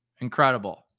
Incredible